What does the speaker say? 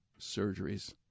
surgeries